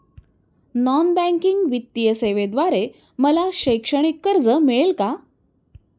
Non banking वित्तीय सेवेद्वारे मला शैक्षणिक कर्ज मिळेल का?